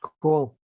Cool